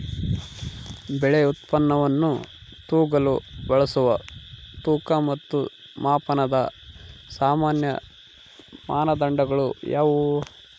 ಬೆಳೆ ಉತ್ಪನ್ನವನ್ನು ತೂಗಲು ಬಳಸುವ ತೂಕ ಮತ್ತು ಮಾಪನದ ಸಾಮಾನ್ಯ ಮಾನದಂಡಗಳು ಯಾವುವು?